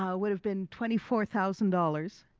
um would have been twenty four thousand dollars.